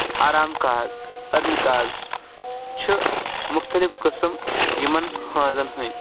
آرامکاز أرمِکاز چھُ مُختٔلِف قسٕم یِمن ہٲنزَن ۂندۍ